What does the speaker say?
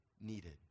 needed